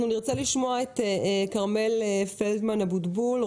אנחנו נרצה לשמוע בזום את כרמל פלדמן אבוטבול,